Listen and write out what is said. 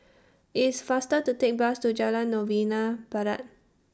IT IS faster to Take The Bus to Jalan Novena Barat